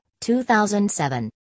2007